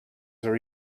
are